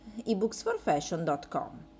ebooksforfashion.com